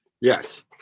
Yes